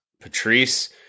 Patrice